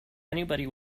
anybody